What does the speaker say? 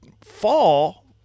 fall